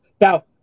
Now